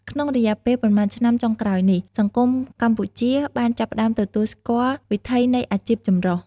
ក្នុងរយៈពេលប៉ុន្មានឆ្នាំចុងក្រោយនេះ សង្គមកម្ពុជាបានចាប់ផ្តើមទទួលស្គាល់វិថីនៃអាជីពចម្រុះ។